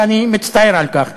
ואני מצטער על כך.